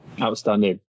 Outstanding